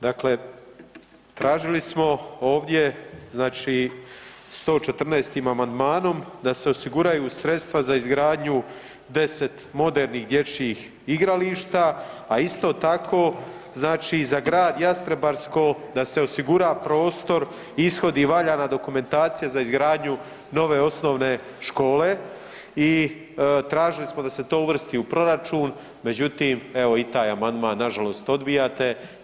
Dakle, tražili smo ovdje 114. amandmanom da se osiguraju sredstva za izgradnju deset modernih dječjih igrališta, a isto tako za Grad Jastrebarsko da se osigura prostor i ishodi valjana dokumentacija za izgradnju nove osnovne škole i tražili smo da se to uvrsti u proračun, međutim evo i taj amandman nažalost odbijate.